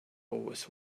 always